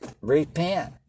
repent